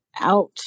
out